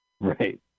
Right